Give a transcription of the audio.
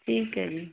ਠੀਕ ਹੈ ਜੀ